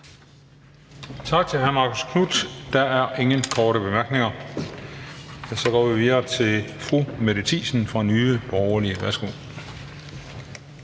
Tak til hr. Marcus Knuth. Der er ingen korte bemærkninger. Og så går vi videre til fru Mette Thiesen i Nye Borgerlige. Værsgo.